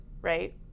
right